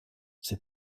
c’est